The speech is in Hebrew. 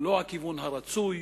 הוא לא הכיוון הרצוי,